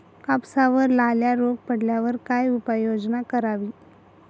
कापसावर लाल्या रोग पडल्यावर काय उपाययोजना करावी?